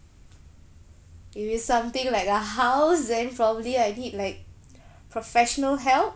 if it's something like a house then probably I need like professional help